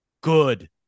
good